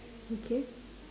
okay